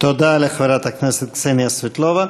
תודה לחברת הכנסת קסניה סבטלובה.